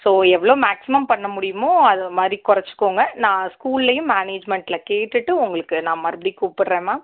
so எவ்வளோ maximum பண்ணமுடியுமோ அது மாதிரி குறைச்சிக்கோங்க நான் ஸ்கூலேயும் மேனேஜ்மெண்ட்டில் கேட்டுவிட்டு உங்களுக்கு நான் மறுபடியும் கூப்பிட்றேன் மேம்